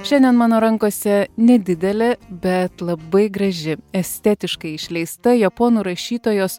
šiandien mano rankose nedidelė bet labai graži estetiškai išleista japonų rašytojos